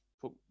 put